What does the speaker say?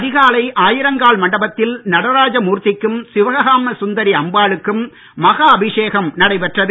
அதிகாலை ஆயிரங்கால் மண்டபத்தில் நடராஜ மூர்த்திக்கும் சிவகாம சுந்தரி அம்பாளுக்கும் மகா அபிஷேகம் நடைபெற்றது